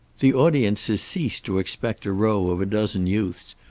the audiences ceased to expect a row of a dozen youths,